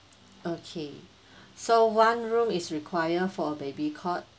okay so one room is require for a baby cot